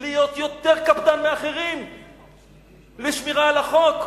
להיות יותר קפדן מאחרים בשמירה על החוק.